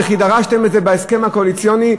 וכי דרשתם את זה בהסכם הקואליציוני,